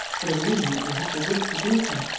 for the reason that they had the wit to do so,